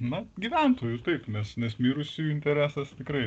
na gyventojų taip nes nes mirusiųjų interesas tikrai